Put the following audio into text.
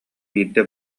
биирдэ